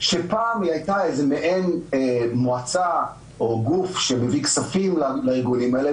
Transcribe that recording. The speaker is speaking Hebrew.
שפעם היא הייתה מעין מועצה או גוף שמביא כספים לארגונים האלה,